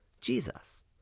Jesus